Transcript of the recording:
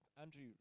Andrew